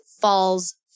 falls